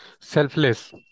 selfless